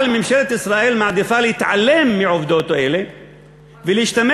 אבל ממשלת ישראל מעדיפה להתעלם מעובדות אלה ולהשתמש